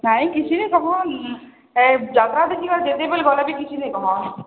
ନାହିଁ କିଛି ନାଇଁ କହ ଏ ଯାତ୍ରା ବି ଜିମା ଯେତେବେଲେ ଗଲେ ବି କିଛି ନାଇଁ କହ